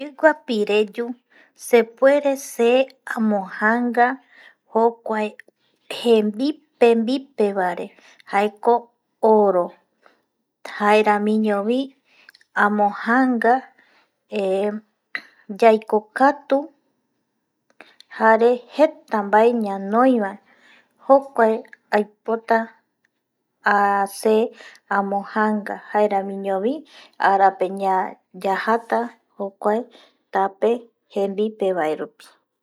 Kuae pireyu cepuere c amobojanga jocue jembipe mbipe vae re jaeco oro jaeramiñovi ambojanga yaicokatu jare jeta mbae ñanoi va jocue aipota ce amobojanga jaeramiño vi ara pe yajata jokue tape jembipe vae rupi